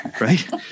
right